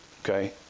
Okay